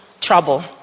trouble